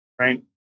right